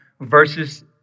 versus